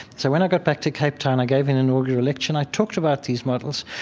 so when i got back to cape town, i gave an inaugural lecture and i talked about these models.